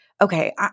okay